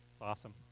awesome